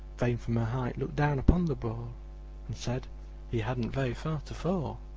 fame from her height looked down upon the brawl and said he hadn't very far to fall.